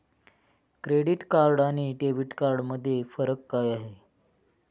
Credit card आणि debit कार्डमधील फरक काय आहे?